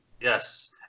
Yes